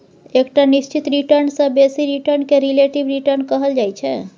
एकटा निश्चित रिटर्न सँ बेसी रिटर्न केँ रिलेटिब रिटर्न कहल जाइ छै